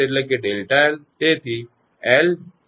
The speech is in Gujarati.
𝑑𝑥 એટલે કે Δ𝐿